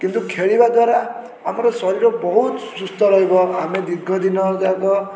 କିନ୍ତୁ ଖେଳିବା ଦ୍ଵାରା ଆମ ଶରୀର ବହୁତ ସୁସ୍ଥ ରହିବ ଆମେ ଦୀର୍ଘଦିନ ଯାକ